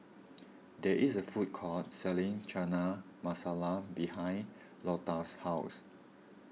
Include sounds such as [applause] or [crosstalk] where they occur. [noise] there is a food court selling Chana Masala behind Lota's house